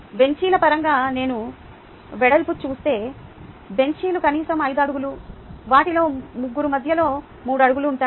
బెంచీల పరంగా నేను వెడల్పు చూస్తే బెంచీలు కనీసం 5 అడుగులు వాటిలో 3 మధ్యలో 3 అడుగులు ఉంటాయి